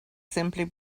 simply